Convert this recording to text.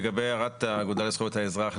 לגבי הערת האגודה לזכויות האזרח,